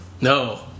No